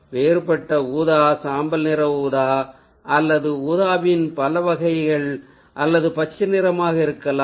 வேறுபட்ட ஊதா சாம்பல் நிற ஊதா அல்லது ஊதாவின் பல வகைகள் அல்லது பச்சை நிறமாக இருக்கலாம்